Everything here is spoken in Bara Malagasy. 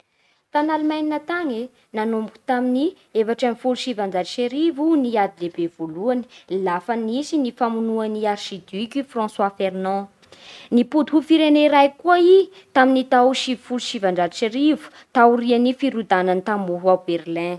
Tagny Allemagne tagny e nanomboky tamin'ny efatra ambin'ny folo sy sivanjato sy arivo ny ady lehibe voalohany lafa nisy ny famonoa an'i Archiduc François Fernand. Nipody ho firene iray koa i tamin'ny tao sivifolo sy sivanjato sy arivo taorian'ny firodonan'ny tamboho ao Berlin.